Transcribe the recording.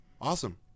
Awesome